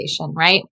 Right